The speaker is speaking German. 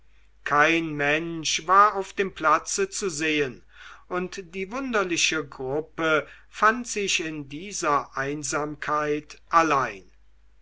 kein mensch war auf dem platze zu sehen und die wunderliche gruppe fand sich in dieser einsamkeit allein